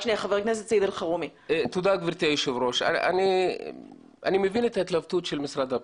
אני מבין את ההתלבטות של משרד הפנים.